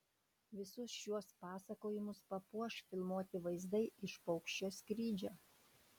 visus šiuos pasakojimus papuoš filmuoti vaizdai iš paukščio skrydžio